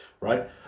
right